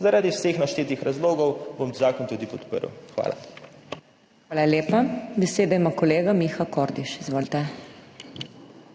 Zaradi vseh naštetih razlogov bom zakon tudi podprl. Hvala. **PODPREDSEDNICA MAG. MEIRA HOT:** Hvala lepa. Besedo ima kolega Miha Kordiš. Izvolite.